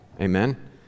amen